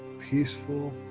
peaceful,